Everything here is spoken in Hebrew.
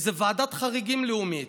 איזה ועדת חריגים לאומית.